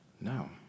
No